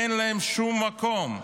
אין לה שום מקום.